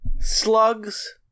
Slugs